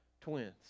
Twins